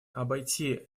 обойти